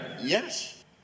Yes